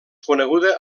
coneguda